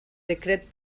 decret